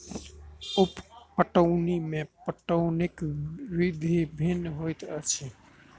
उप पटौनी मे पटौनीक विधि भिन्न होइत अछि